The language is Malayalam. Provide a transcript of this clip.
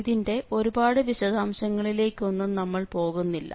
ഇതിൻറെ ഒരുപാട് വിശദാംശങ്ങളിലേക്ക് ഒന്നും നമ്മൾ പോകുന്നില്ല